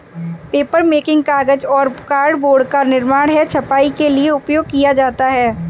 papermaking कागज और cardboard का निर्माण है छपाई के लिए उपयोग किया जाता है